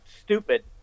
stupid